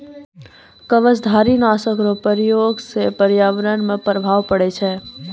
कवचधारी नाशक रो प्रयोग से प्रर्यावरण मे प्रभाव पड़ै छै